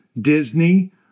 Disney